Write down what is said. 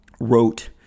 wrote—